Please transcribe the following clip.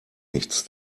nichts